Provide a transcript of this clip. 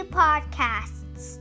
podcasts